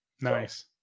Nice